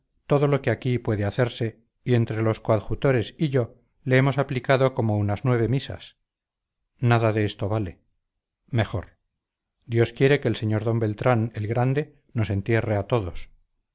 todo lo que aquí puede hacerse y entre los coadjutores y yo le hemos aplicado como unas nueve misas nada de esto vale mejor dios quiere que el sr d beltrán el grande nos entierre a todos